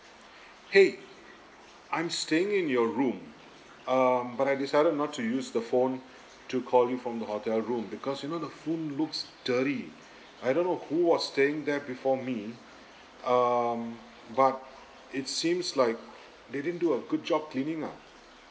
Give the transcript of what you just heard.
!hey! I'm staying in your room um but I decided not to use the phone to call you from the hotel room because you know the phone looks dirty I don't know who was staying there before me um but it seems like they didn't do a good job cleaning up